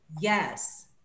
Yes